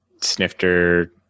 Snifter